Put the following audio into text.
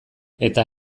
eta